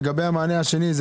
לגבי המענה השני,